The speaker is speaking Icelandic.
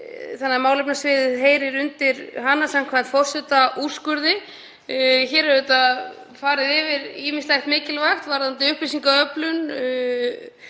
málefnasviðið heyrir undir hana samkvæmt forsetaúrskurði. Hér er auðvitað farið yfir ýmislegt mikilvægt varðandi upplýsingaöflun